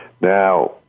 Now